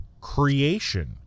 creation